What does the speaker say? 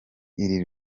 iri